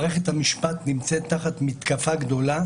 מערכת המשפט נמצאת תחת מתקפה גדולה